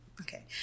Okay